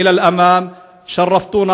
עלו והצליחו.